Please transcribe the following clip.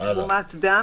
"(4) תרומת דם,